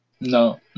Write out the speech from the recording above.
No